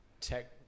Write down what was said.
tech